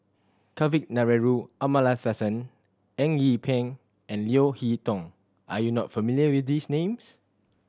Kavignareru Amallathasan Eng Yee Peng and Leo Hee Tong are you not familiar with these names